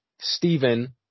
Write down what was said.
Stephen